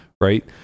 right